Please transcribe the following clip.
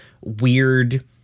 weird